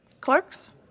Clerks